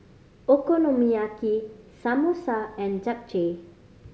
Okonomiyaki Samosa and Japchae